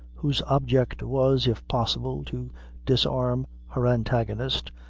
whose object was, if possible, to disarm her antagonist,